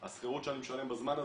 השכירות שאני משלם בזמן הזה,